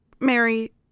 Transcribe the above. Mary